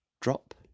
Drop